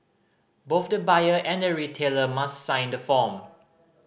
both the buyer and the retailer must sign the form